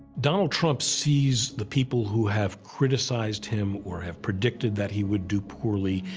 donald trump sees the people who have criticized him or have predicted that he would do poorly,